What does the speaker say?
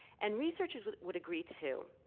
and researchers would would agree, too.